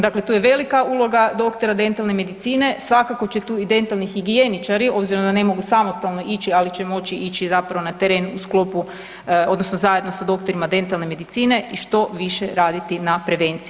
Dakle, tu je velika uloga doktora dentalne medicine, svakako će tu i dentalni higijeničari obzirom da ne mogu samostalno ići, ali će moći ići zapravo na teren u sklopu odnosno zajedno sa doktorima dentalne medicine i što više raditi na prevenciji.